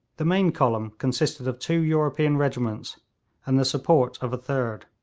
the main column consisted of two european regiments and the support of a third,